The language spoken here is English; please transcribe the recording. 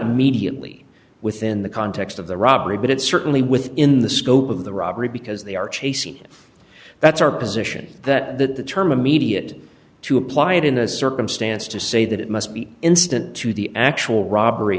immediately within the context of the robbery but it's certainly within the scope of the robbery because they are chasing that's our position that that the term immediate to apply it in a circumstance to say that it must be instant to the actual robbery